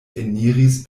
eniris